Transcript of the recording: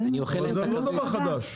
אבל זה לא דבר חדש.